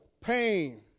pain